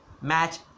match